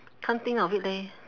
can't think of it leh